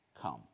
come